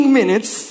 minutes